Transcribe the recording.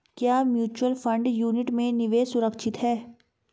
क्या mutual fund unit में निवेश सुरक्षित है?